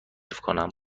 کنم